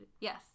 yes